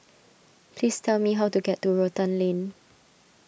please tell me how to get to Rotan Lane